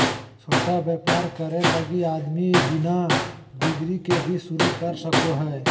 छोटा व्यापर करे लगी आदमी बिना डिग्री के भी शरू कर सको हइ